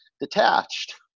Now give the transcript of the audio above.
detached